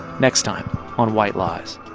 next time on white lies